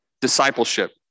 discipleship